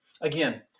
Again